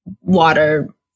water